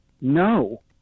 no